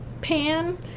pan